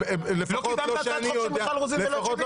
לא קידמת הצעת חוק של מיכל רוזין ולא את שלי?